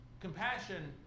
Compassion